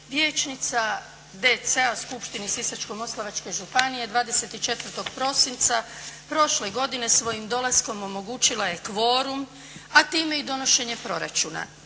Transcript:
vijećnica DC-a u skupštini Sisačko-moslavačke županije 24. prosinca prošle godine svojim dolaskom omogućila je kvorum, a time i donošenje proračuna.